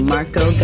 Marco